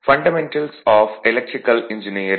சரி